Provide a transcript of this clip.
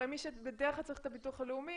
הרי מי שבדרך כלל צריך את הביטוח הלאומי,